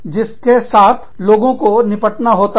जिसके साथ लोगों को निपटना होता है